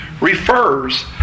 refers